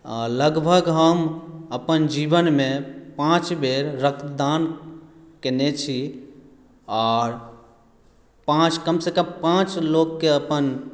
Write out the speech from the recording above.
लगभग हम अपन जीवनमे पाॅंच बेर रक्तदान कयने छी आओर पाॅंच कम से कम पाॅंच लोककेँ अपन